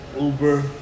Uber